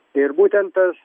ir būtent tas